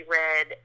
read